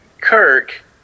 Kirk